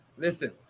Listen